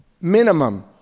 minimum